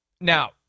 Now